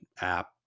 app